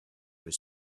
was